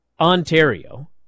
Ontario